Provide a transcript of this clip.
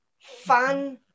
fun